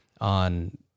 on